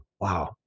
Wow